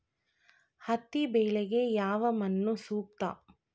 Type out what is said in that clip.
ಹತ್ತಿ ಬೆಳೆಗೆ ಯಾವ ಮಣ್ಣು ಸೂಕ್ತ?